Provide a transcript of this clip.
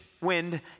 wind